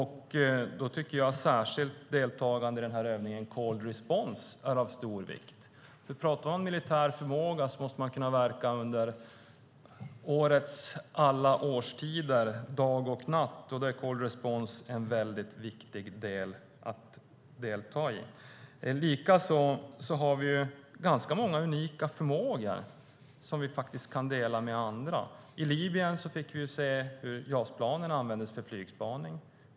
Här är särskilt deltagandet i övningen Cold Response av stor vikt. För god militär förmåga måste man kunna verka dag och natt under alla årstider. Det är därför viktigt att delta i Cold Response. Vi har ganska många unika förmågor som vi kan dela med oss av till andra. I Libyen användes JAS-plan för flygspaning.